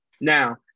Now